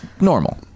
normal